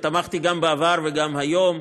ותמכתי גם בעבר וגם היום.